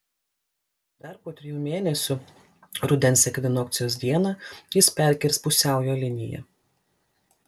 o dar po trijų mėnesių rudens ekvinokcijos dieną jis perkirs pusiaujo liniją